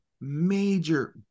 major